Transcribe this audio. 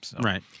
Right